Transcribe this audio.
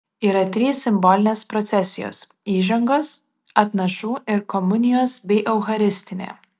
yra trys simbolinės procesijos įžangos atnašų ir komunijos bei eucharistinė